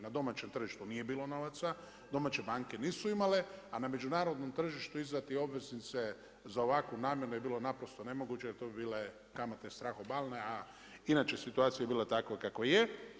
Na domaćem tržištu nije bilo novaca, domaće banke nisu imale, a na međunarodnom tržištu izdati obveznice za ovakvu namjenu je bilo naprosto nemoguće, jer to bi bile kamate strahobalne, a inače je situacija bila takva kakva je.